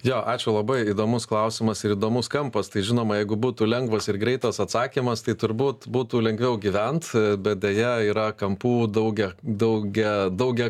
jo ačiū labai įdomus klausimas ir įdomus kampas tai žinoma jeigu būtų lengvas ir greitas atsakymas tai turbūt būtų lengviau gyvent bet deja yra kampų daugia daugia daugia